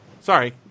Sorry